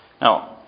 Now